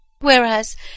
Whereas